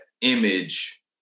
image